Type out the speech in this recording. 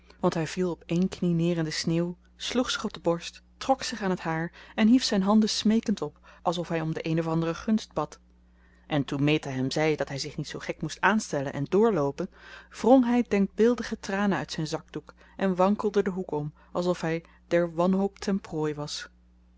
want hij viel op één knie neer in de sneeuw sloeg zich op de borst trok zich aan het haar en hief zijn handen smeekend op alsof hij om de een of andere gunst bad en toen meta hem zei dat hij zich niet zoo gek moest aanstellen en doorloopen wrong hij denkbeeldige tranen uit zijn zakdoek en wankelde den hoek om alsof hij der wanhoop ten prooi was